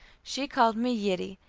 she called me yiddie,